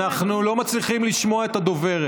אנחנו לא מצליחים לשמוע את הדוברת.